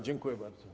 Dziękuję bardzo.